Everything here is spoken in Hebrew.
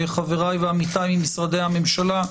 חבריי ועמיתיי ממשרדי הממשלה,